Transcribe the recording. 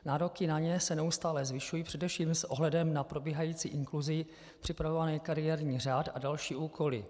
Nároky na ně se neustále zvyšují především s ohledem na probíhající inkluzi, připravovaný kariérní řád a další úkoly.